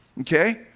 okay